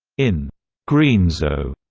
in greenzo,